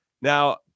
Now